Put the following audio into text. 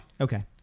Okay